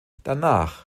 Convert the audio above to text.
danach